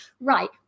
right